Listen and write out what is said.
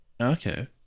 Okay